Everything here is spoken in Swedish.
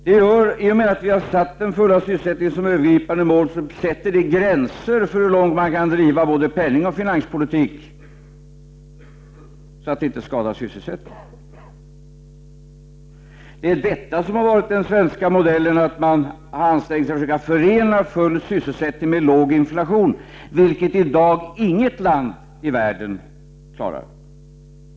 Det förhållandet att vi har den fulla sysselsättningen som ett övergripande mål sätter gränser för hur långt både penningoch finanspolitiken kan drivas utan att sysselsättningen skadas. Den svenska modellen har varit att man har ansträngt sig för att försöka förena full sysselsättning med låg inflation, vilket i dag inget land i världen klarar.